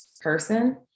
person